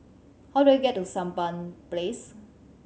how do I get to Sampan Place